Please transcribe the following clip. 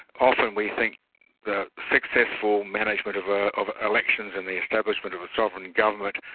often we think the successful management of ah of elections, and the establishment of a sovereign government,